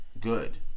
good